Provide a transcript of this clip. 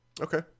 Okay